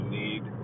need